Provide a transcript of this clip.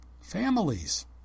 families